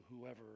whoever